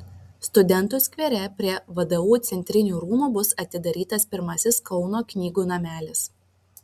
studentų skvere prie vdu centrinių rūmų bus atidarytas pirmasis kauno knygų namelis